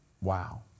Wow